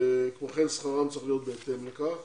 ושכרם צריך להיות בהתאם לכך.